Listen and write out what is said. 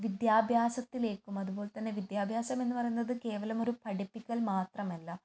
വിദ്യാഭ്യാസത്തിലേക്കും അതുപോലെ തന്നെ വിദ്യാഭ്യാസമെന്ന് പറയുന്നത് കേവലം ഒരു പഠിപ്പിക്കൽ മാത്രമല്ല